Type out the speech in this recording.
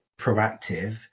proactive